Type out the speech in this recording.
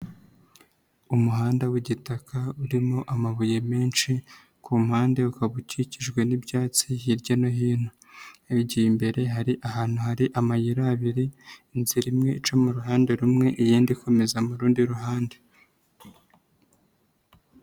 Umuhanda w'igitaka urimo amabuye menshi ku mpande ukaba ukikijwe n'ibyatsi hirya no hino, wigiye imbere hari ahantu hari amayira abiri, inzira imwe ica mu ruhande rumwe iyindi ikomeza mu rundi ruhande.